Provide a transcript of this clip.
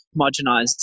homogenized